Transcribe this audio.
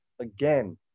again